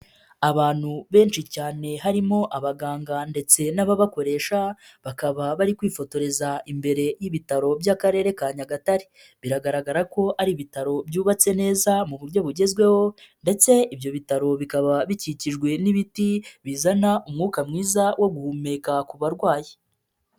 Abantu benshi cyane harimo abaganga ndetse n'ababakoresha, bakaba bari kwifotoreza imbere y'ibitaro by'akarere ka Nyagatare, biragaragara ko ari ibitaro byubatse neza mu buryo bugezweho ndetse ibyo bitaro bikaba bikikijwe n'ibiti bizana umwuka mwiza wo guhumeka ku barwayi.